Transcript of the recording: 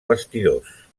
vestidors